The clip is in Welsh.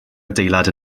adeilad